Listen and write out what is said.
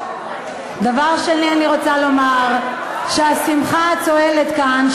אני רוצה לומר שהשמחה הצוהלת כאן,